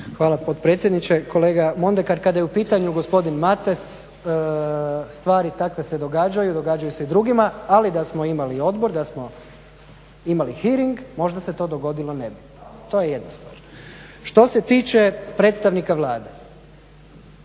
Hvala potpredsjedniče. Kolega Mondekar kada je u pitanju gospodin Matas stvari takve se događaju, događaju se i drugima ali da smo imali odbor da smo imali hearing možda se to dogodilo ne bi, to je jedna stvar. Što se tiče predstavnika Vlade,